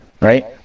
right